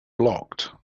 blocked